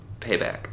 payback